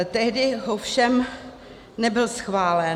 Tehdy ovšem nebyl schválen.